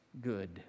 good